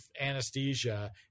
anesthesia